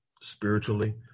spiritually